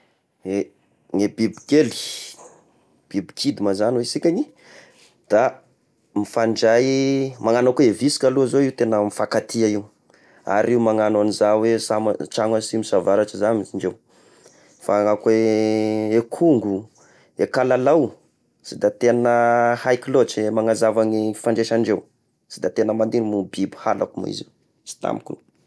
Ny bibikely, biby kidy ma zagny hoy isikany da mifandray, magnano akoa i visiky aloha zao io tegna mifankatia io, ary io magnano an'izao hoe samy ah tragno asimo sy avaratry izany indreo, fa raha ko eh akongo, i akalalao sy da tegna haiko loatry magnazava ny fifandraisa indreo, sy da tegna mandigny i biby halako mizigna, sy tamiko.